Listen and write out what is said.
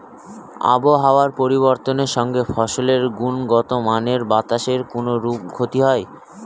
আবহাওয়ার পরিবর্তনের সঙ্গে ফসলের গুণগতমানের বাতাসের কোনরূপ ক্ষতি হয়?